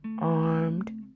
armed